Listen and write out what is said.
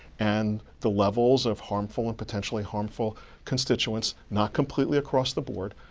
and the levels of harmful and potentially harmful constituents, not completely across the board,